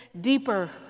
deeper